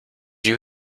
you